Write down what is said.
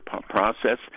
process